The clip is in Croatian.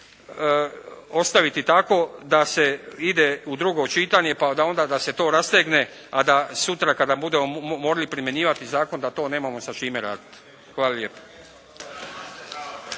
ostaviti tako da se ide u drugo čitanje, pa da onda to se rastegne a da sutra kada budemo morali primjenjivati zakon da to nemamo sa čime raditi. Hvala lijepa.